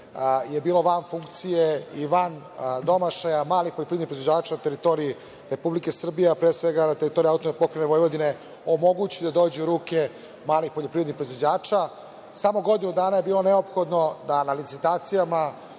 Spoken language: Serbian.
je bilo van funkcije i van domašaja malih poljoprivrednih proizvođača na teritoriji Republike Srbije, a pre svega na teritoriji AP Vojvodine, omogući da dođe u ruke malih poljoprivrednih proizvođača. Samo godinu dana je bilo neophodno da na licitacijama